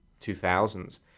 2000s